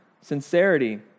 sincerity